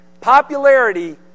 Popularity